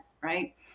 right